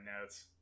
notes